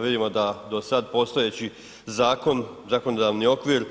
Vidimo dao sad postojeći zakon, zakonodavni okvir